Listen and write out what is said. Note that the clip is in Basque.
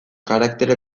karaktere